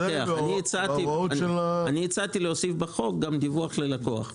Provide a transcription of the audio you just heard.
אני הצעתי להוסיף בחוק גם דיווח ללקוח במקביל.